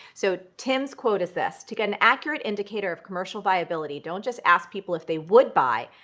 so tim's quote is this, to get an accurate indicator of commercial viability, don't just ask people if they would buy,